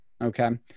okay